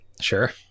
Sure